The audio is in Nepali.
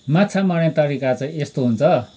माछा मार्ने तरिका चाहिँ यस्तो हुन्छ